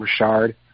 Rashard